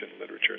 literature